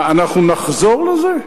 מה, אנחנו נחזור לזה?